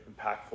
impactful